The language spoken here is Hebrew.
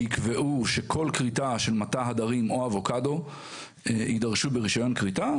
שיקבעו שכל כריתה של מטע הדרים או אבוקדו יידרשו ברישיון כריתה,